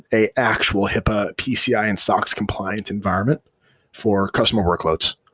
a actual hipaa, pci and sox compliance environment for customer workloads.